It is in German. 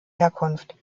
herkunft